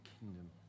kingdom